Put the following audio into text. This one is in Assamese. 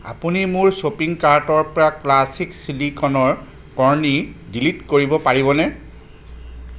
আপুনি মোৰ শ্বপিং কাৰ্টৰ পৰা ক্লাছিক ছিলিকনৰ কৰ্ণ ডিলিট কৰিব পাৰিবনে